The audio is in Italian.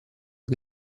che